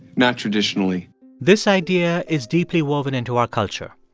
not traditionally this idea is deeply woven into our culture.